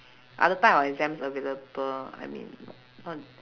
other type of exams available I mean n~